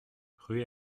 rue